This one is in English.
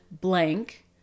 blank